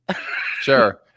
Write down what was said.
Sure